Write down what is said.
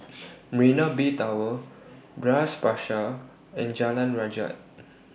Mena Bay Tower Bras Basah and Jalan Rajah